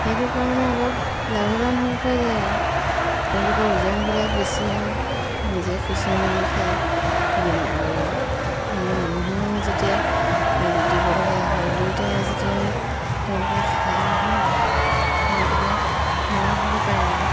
সেইটো পৰা মানে অলপ লাভৱান হ'ব পৰা যায় আৰু তেওঁলোকৰ ওজনবিলাক বেছি হয় নিজে খুঁচৰি মেলি খায় আৰু আমি মানুহেও যেতিয়া দিব লগা হয় দুইটাই যেতিয়া তেওঁলোকে খায় নহয় সোনকালে ডাঙৰ হ'ব পাৰে আৰু